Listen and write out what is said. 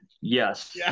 Yes